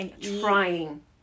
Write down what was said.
trying